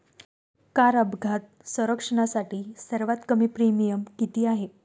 Car अपघात संरक्षणासाठी सर्वात कमी प्रीमियम किती आहे?